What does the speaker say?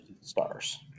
stars